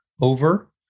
over